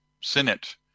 Senate